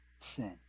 sin